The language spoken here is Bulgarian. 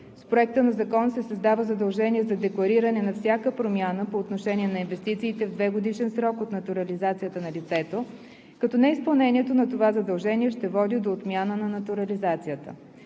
С Проекта на закон се създава задължение за деклариране на всяка промяна по отношение на инвестициите в двегодишен срок от натурализацията на лицето, като неизпълнението на това задължение ще води до отмяна на натурализацията.